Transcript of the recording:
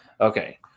Okay